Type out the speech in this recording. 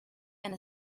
and